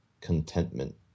contentment